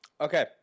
Okay